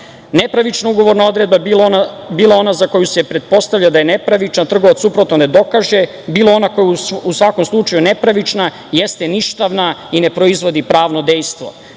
potrošaču. Nepravična ugovorna odredba, bilo ona za koju se pretpostavlja da je nepravična dok trgovac suprotno ne dokaže, bilo ona koja je u svakom slučaju nepravična, jeste ništavna i ne proizvodi pravno